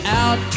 out